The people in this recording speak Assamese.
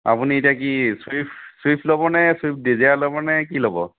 আপুনি এতিয়া কি ছুইফ্ট ছুইফ্ট ল'বনে ছুইফ্ট ডিজায়াৰ ল'বনে কি ল'ব